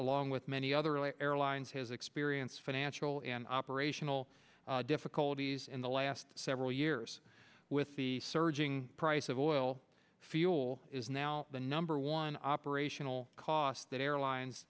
along with many other airlines his experience financial and operational difficulties in the last several years with the surging price of oil fuel is now the number one operational costs that airlines